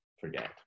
forget